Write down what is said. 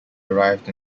arrived